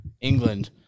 England